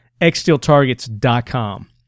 Xsteeltargets.com